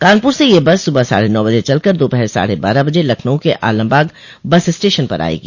कानपुर से यह बस सुबह साढ़े नौ बजे चलकर दोपहर साढ़े बारह बजे लखनऊ के आलमबाग बस स्टेशन पर आयेगी